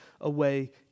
away